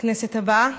בכנסת הבאה,